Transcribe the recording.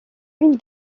une